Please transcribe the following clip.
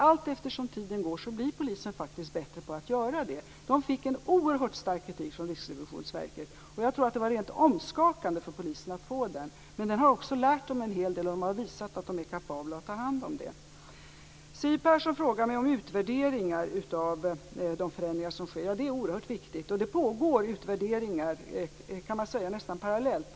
Allteftersom tiden går blir polisen faktiskt bättre på att göra det. De fick en oerhört stark kritik från Riksrevisionsverket. Jag tror att det var rent omskakande för polisen att få den. Men den har också lärt dem en hel del, och de har visat att de är kapabla att ta hand om det. Siw Persson frågar mig om utvärderingar av de förändringar som sker. Det är oerhört viktigt, och det pågår utvärderingar nästan parallellt kan man säga.